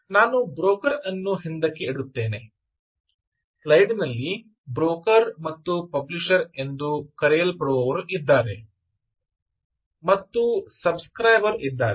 ನಾನು ಬ್ರೋಕರ್ ಅನ್ನು ಹಿಂದಕ್ಕೆ ಇಡುತ್ತೇನೆ ಸ್ಲೈಡಿನಲ್ಲಿ ಬ್ರೋಕರ್ ಮತ್ತು ಪಬ್ಲಿಷರ್ ಎಂದು ಕರೆಯಲ್ಪಡುವವರು ಇದ್ದಾರೆ ಮತ್ತು ಸಬ್ ಸ್ಕ್ರೈಬರ್ ಇದ್ದಾರೆ